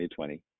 2020